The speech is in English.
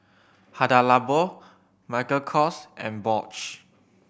Hada Labo Michael Kors and Bosch